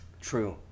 true